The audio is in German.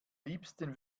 liebsten